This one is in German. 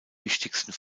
wichtigsten